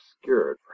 obscured